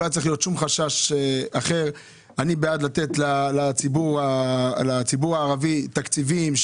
אני בעד לתת לציבור הערבי תקציבים,